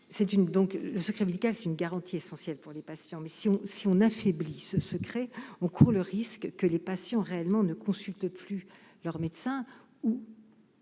le secret médical, c'est une garantie essentielle pour les patients mission si on affaiblit ce secret, on court le risque que les patients réellement ne consultent plus leur médecin